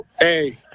hey